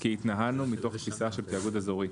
כי התנהלנו מתוך תפיסה של תיאגוד אזורי.